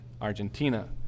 argentina